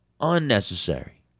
Unnecessary